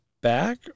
back